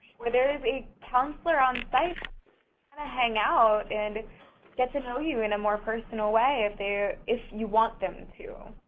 where there is a counselor on site and hang out and get to know you in a more personal way if they're if you want them too.